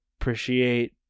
appreciate